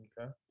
Okay